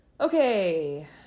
Okay